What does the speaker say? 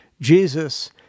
Jesus